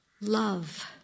Love